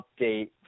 update